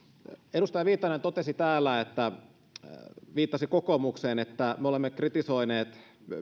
edustaja viitanen täällä viittasi kokoomukseen että me olemme kritisoineet